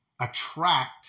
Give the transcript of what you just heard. attract